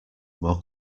more